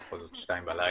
בכל זאת שעה שתיים בלילה.